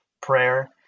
prayer